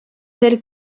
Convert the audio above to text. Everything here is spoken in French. tel